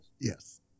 Yes